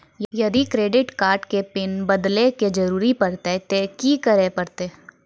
यदि credit card के PIN बदले के जरूरी परतै ते की करे परतै?